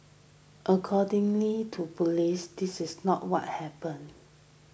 accordingly to police this is not what happened